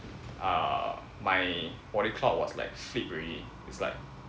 uh my body clock was like flipped already it's like